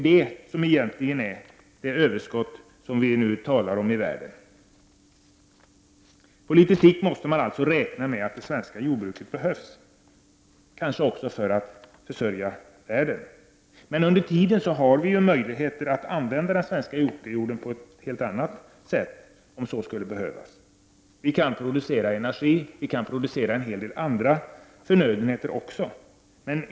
Detta utgör egentligen det överskott som vi nu talar om i världen. På litet sikt måste man således räkna med att det svenska jordbruket behövs, kanske också för att försörja världen. Under tiden har vi ju möjlighet att använda den svenska åkerjorden på ett helt annat sätt, om så skulle behövas. Vi kan producera energi och olika förnödenheter.